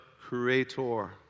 creator